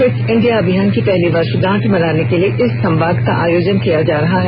fit India अभियान की पहली वर्षगांठ मनाने के लिए इस संवाद का आयोजन किया जा रहा है